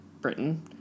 Britain